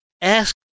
ask